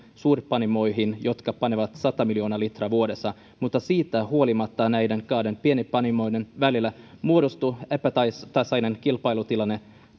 suurpanimoihin jotka panevat sata miljoonaa litraa vuodessa mutta siitä huolimatta näiden kahden pienpanimon välille muodostuu epätasainen kilpailutilanne